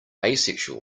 asexual